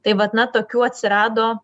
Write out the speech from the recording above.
tai vat na tokių atsirado